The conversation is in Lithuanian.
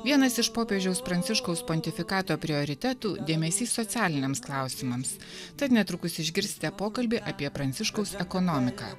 vienas iš popiežiaus pranciškaus pontifikato prioritetų dėmesys socialiniams klausimams tad netrukus išgirsite pokalbį apie pranciškaus ekonomiką